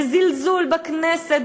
בזלזול בכנסת,